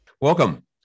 Welcome